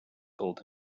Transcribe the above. told